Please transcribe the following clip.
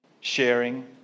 sharing